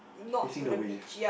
facing the wave